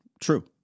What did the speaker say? True